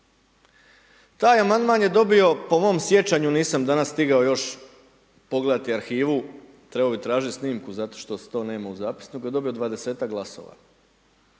Taj amandman je dobio po mom sjećanju, nisam danas stigao još pogledati arhivu, trebao bi tražit snimku zato što to nema u zapisniku, je dobio 20-ak glasova.